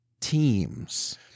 teams